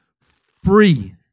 free